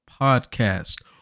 podcast